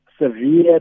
Severe